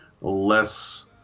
less